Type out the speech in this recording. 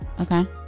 Okay